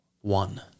one